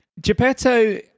Geppetto